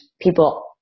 people